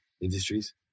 Industries